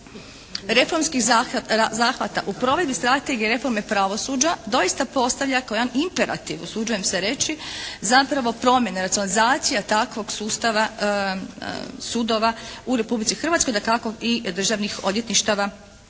reformskih zahvata u provedbi strategije reforme pravosuđa doista postavlja kao jedan imperativ usuđujem se reći zapravo promjena, racionalizacija takvog sustava sudova u Republici Hrvatskoj. Dakako i državnih odvjetništava